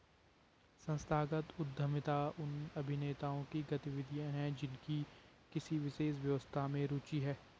संस्थागत उद्यमिता उन अभिनेताओं की गतिविधियाँ हैं जिनकी किसी विशेष व्यवस्था में रुचि है